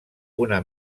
una